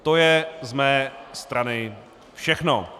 To je z mé strany všechno.